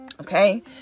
Okay